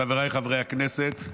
חבריי חברי הכנסת,